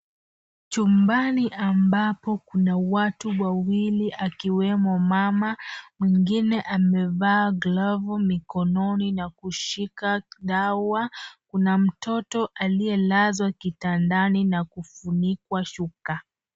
Chumbani ambapo kuna watu wawili akiwemo mama, mwingine amevaa glavu mikononi na kushika dawa. Kuna mtoto aliyelazwa kitandani na kufunikwa shuka.